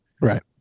Right